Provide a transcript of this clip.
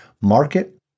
market